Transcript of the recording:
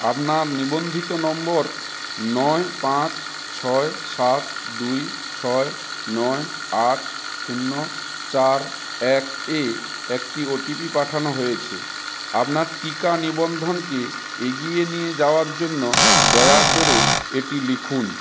আপনার নিবন্ধিত নম্বর নয় পাঁচ ছয় সাত দুই ছয় নয় আট শূন্য চার এক এ একটি ওটিপি পাঠানো হয়েছে আপনার টিকা নিবন্ধনকে এগিয়ে নিয়ে যাওয়ার জন্য দয়া করে এটি লিখুন